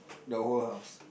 the whole house